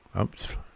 oops